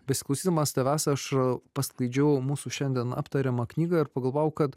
besiklausydamas tavęs aš pasklaidžiau mūsų šiandien aptariamą knygą ir pagalvojau kad